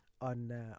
on